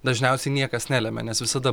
dažniausiai niekas nelemia nes visada